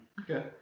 Okay